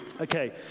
Okay